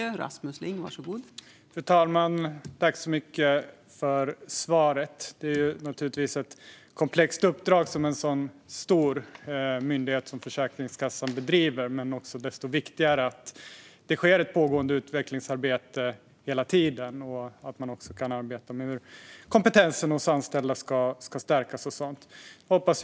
Fru talman! Tack så mycket för svaret! Det är naturligtvis ett komplext uppdrag som en så stor myndighet som Försäkringskassan har. Desto viktigare är det då också att det sker ett pågående utvecklingsarbete, att man hela tiden kan arbeta med hur kompetensen hos de anställda ska stärkas och så vidare.